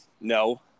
No